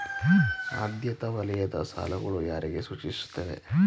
ಆದ್ಯತಾ ವಲಯದ ಸಾಲಗಳು ಯಾರಿಗೆ ಸೂಚಿಸುತ್ತವೆ?